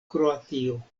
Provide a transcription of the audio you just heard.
kroatio